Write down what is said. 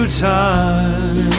Time